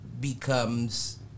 becomes